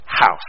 house